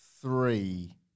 Three